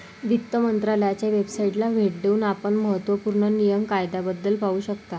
वित्त मंत्रालयाच्या वेबसाइटला भेट देऊन आपण महत्त्व पूर्ण नियम कायद्याबद्दल पाहू शकता